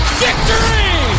victory